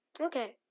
okay